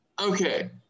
okay